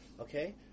Okay